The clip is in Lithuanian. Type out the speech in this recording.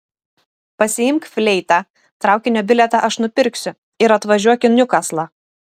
pasiimk fleitą traukinio bilietą aš nupirksiu ir atvažiuok į niukaslą